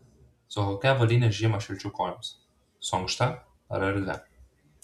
su kokia avalyne žiemą šilčiau kojoms su ankšta ar erdvia